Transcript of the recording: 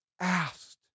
asked